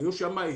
היו שמאים.